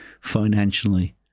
financially